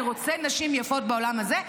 אני רוצה נשים יפות בעולם הזה?